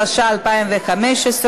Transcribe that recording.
התשע"ה 2015,